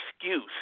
excuse